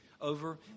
over